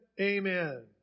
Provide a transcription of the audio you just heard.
Amen